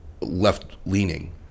left-leaning